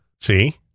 See